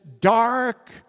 dark